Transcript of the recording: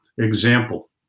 example